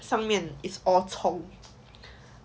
上面 it's all 葱